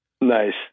Nice